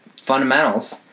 fundamentals